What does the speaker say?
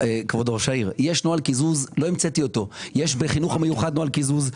יש בחינוך המיוחד נוהל קיזוז.